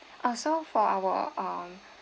ah so for our um